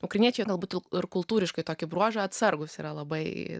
ukrainiečiai galbūt ir kultūriškai tokį bruožą atsargūs yra labai